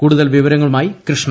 കൂടുതൽ വിവരങ്ങളുമായി കൃഷ്ണ